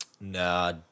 Nah